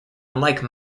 unlike